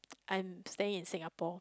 I'm staying in Singapore